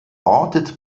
ortet